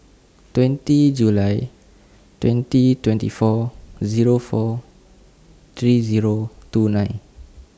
twenty July twenty twenty four Zero four three Zero two nine